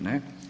Ne.